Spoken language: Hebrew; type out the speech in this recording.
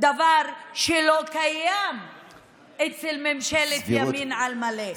דבר שלא קיים אצל ממשלת ימין על מלא.